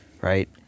right